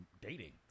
dating